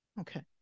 Okay